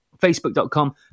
Facebook.com